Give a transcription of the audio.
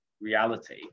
reality